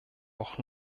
auch